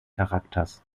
charakters